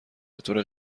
بطور